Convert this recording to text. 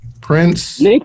Prince